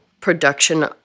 production